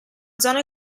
zona